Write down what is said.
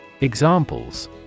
Examples